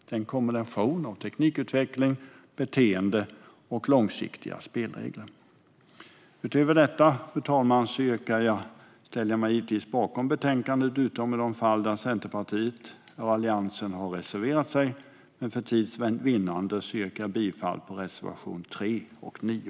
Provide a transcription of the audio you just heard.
Det är en kombination av teknikutveckling, beteende och långsiktiga spelregler. Utöver detta, fru talman, ställer jag mig bakom utskottets förslag i betänkandet utom i de fall där Centerpartiet och Alliansen har reserverat sig. För tids vinnande yrkar jag endast bifall till reservationerna 5 och 9.